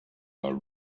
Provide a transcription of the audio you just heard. are